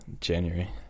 january